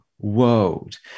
world